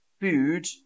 food